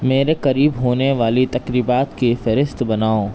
میرے قریب ہونے والی تقریبات کی فہرست بناؤ